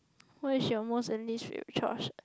what is your most chores